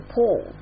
Paul